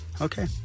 Okay